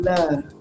Love